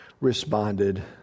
responded